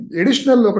additional